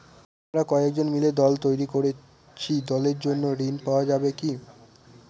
আমরা কয়েকজন মিলে দল তৈরি করেছি দলের জন্য ঋণ পাওয়া যাবে কি?